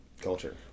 culture